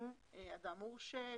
אדם מורשה,